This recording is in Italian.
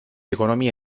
economia